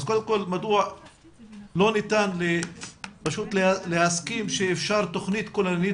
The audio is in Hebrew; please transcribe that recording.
אז קודם על מדוע לא ניתן פשוט להסכים שאפשר תכנית כוללנית,